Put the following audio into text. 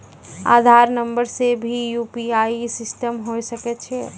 आधार नंबर से भी यु.पी.आई सिस्टम होय सकैय छै?